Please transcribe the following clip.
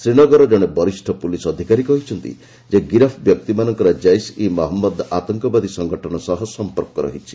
ଶ୍ରୀନଗରର ଜଣେ ବରିଷ୍ଣ ପୁଲିସ ଅଧିକାରୀ କହିଛନ୍ତି ଯେ ଗିରଫ୍ ବ୍ୟକ୍ତିମାନଙ୍କର ଜୈସ୍ ଇ ମହମ୍ମଦ ଆତଙ୍କବାଦୀ ସଂଗଠନ ସହ ସମ୍ପର୍କ ରହିଛି